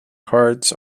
cards